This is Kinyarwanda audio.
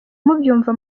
mubyumva